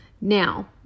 Now